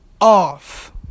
off